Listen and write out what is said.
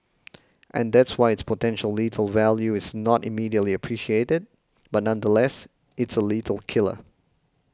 and that's why its potential lethal value is not immediately appreciated but nonetheless it's a lethal killer